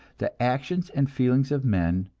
the actions and feelings of men,